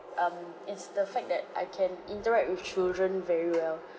um it's the fact that I can interact with children very well